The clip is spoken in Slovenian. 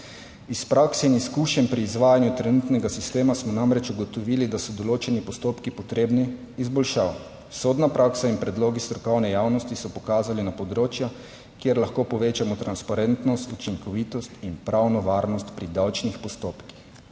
Iz prakse in izkušenj pri izvajanju trenutnega sistema smo namreč ugotovili, da so določeni postopki potrebni izboljšav, sodna praksa in predlogi strokovne javnosti so pokazali na področju, kjer lahko povečamo transparentnost, učinkovitost in pravno varnost pri davčnih postopkih.